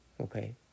Okay